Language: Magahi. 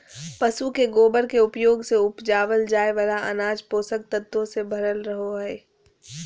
पशु के गोबर के उपयोग से उपजावल जाय वाला अनाज पोषक तत्वों से भरल रहो हय